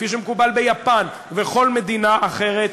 כפי שמקובל ביפן ובכל מדינה אחרת,